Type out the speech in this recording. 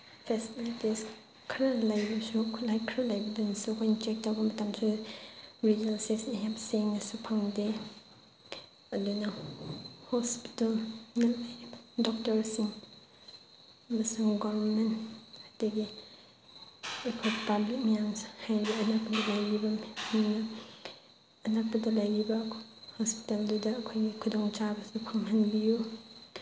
facilities ꯈꯔ ꯂꯩꯔꯁꯨ ꯈꯨꯠꯂꯥꯏ ꯂꯩꯕꯗꯨꯅꯁꯨ ꯑꯩꯈꯣꯏꯅ ꯆꯦꯛ ꯇꯧꯕ ꯃꯇꯝꯗꯁꯨ ꯔꯤꯖꯜꯁꯦ ꯌꯥꯝ ꯁꯦꯡꯅꯁꯨ ꯐꯪꯗꯦ ꯑꯗꯨꯅ ꯍꯣꯁꯄꯤꯇꯥꯜꯗ ꯂꯩꯔꯤꯕ ꯗꯣꯛꯇꯔꯁꯤꯡ ꯑꯃꯁꯨꯡ ꯒꯣꯔꯃꯦꯟꯗꯒꯤ ꯑꯩꯈꯣꯏ ꯄꯥꯕ꯭ꯂꯤꯛ ꯃꯌꯥꯝꯁꯨ ꯍꯦꯟꯅ ꯍꯦꯟꯅ ꯑꯐꯕ ꯑꯣꯏꯒꯗꯕ ꯑꯗꯨꯅ ꯑꯅꯛꯄꯗ ꯂꯩꯔꯤꯕ ꯑꯩꯈꯣꯏ ꯍꯣꯁꯄꯤꯇꯥꯜꯗꯨꯗ ꯑꯩꯈꯣꯏꯒꯤ ꯈꯨꯗꯣꯡ ꯆꯥꯕꯁꯤ ꯐꯪꯍꯟꯕꯤꯌꯨ